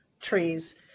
trees